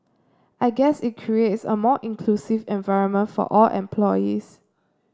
I guess it creates a more inclusive environment for all employees